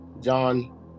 John